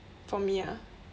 for me ah